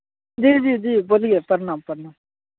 जी जी जी बोलिए प्रणाम प्रणाम